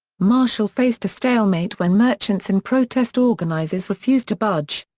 marshall faced a stalemate when merchants and protest organizers refused to budge.